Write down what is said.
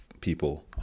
people